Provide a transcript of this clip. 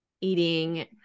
eating